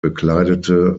bekleidete